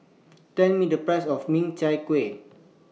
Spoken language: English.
Tell Me The Price of Min Chiang Kueh